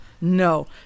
no